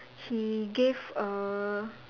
he gave a